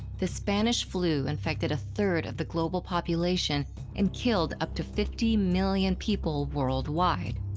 the spanish flu infected a third of the global population and killed up to fifty million people worldwide.